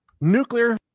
Nuclear